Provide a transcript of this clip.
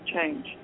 change